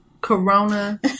Corona